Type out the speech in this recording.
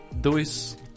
Dois